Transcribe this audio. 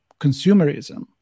consumerism